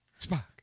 Spock